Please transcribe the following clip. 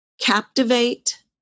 Captivate